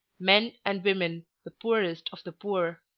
men and women, the poorest of the poor.